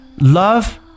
Love